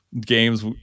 games